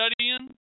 studying